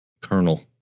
Colonel